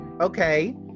Okay